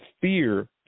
fear